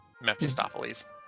Mephistopheles